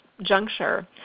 Juncture